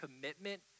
commitment